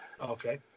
Okay